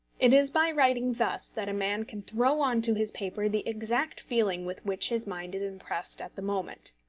it is by writing thus that a man can throw on to his paper the exact feeling with which his mind is impressed at the moment.